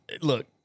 look